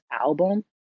album